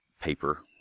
Paper